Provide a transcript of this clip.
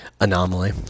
anomaly